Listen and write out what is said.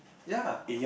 ya